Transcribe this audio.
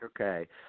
okay